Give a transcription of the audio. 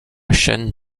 chaîne